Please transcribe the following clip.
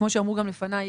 כפי שאמרו גם לפניי,